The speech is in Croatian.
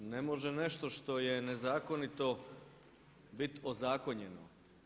Ne može nešto što je nezakonito biti ozakonjeno.